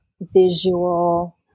visual